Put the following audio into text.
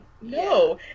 no